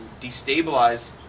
destabilize